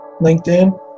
LinkedIn